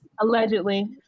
Allegedly